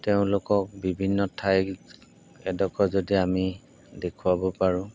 তেওঁলোকক বিভিন্ন ঠাই এদক্ষ যদি আমি দেখুৱাব পাৰোঁ